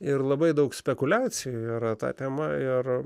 ir labai daug spekuliacijų yra ta tema ir